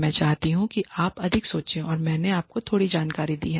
मैं चाहता हूं कि आप अधिक सोचें और मैंने आपको थोड़ी जानकारी दी है